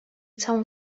całą